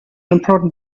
important